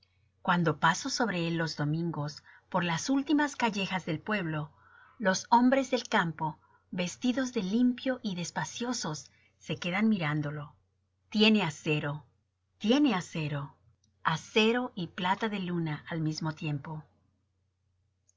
cuando paso sobre él los domingos por las últimas callejas del pueblo los hombres del campo vestidos de limpio y despaciosos se quedan mirándolo tiene acero tiene acero acero y plata de luna al mismo tiempo